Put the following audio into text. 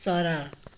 चरा